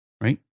Right